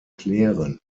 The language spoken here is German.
klären